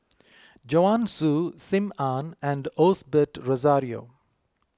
Joanne Soo Sim Ann and Osbert Rozario